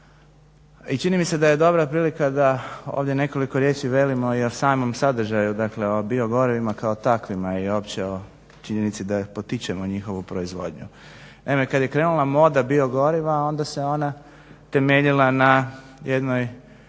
i čini mi se da je dobra prilika da ovdje nekoliko riječi velimo i o samom sadržaju dakle o biogorivima kao takvima i uopće o činjenici da potičemo njihovu proizvodnju. Naime, kada je krenula moda biogoriva onda se ona temeljila na jednoj